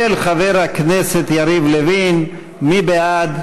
של חבר הכנסת יריב לוין, מי בעד?